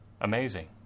Amazing